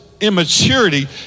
immaturity